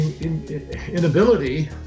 inability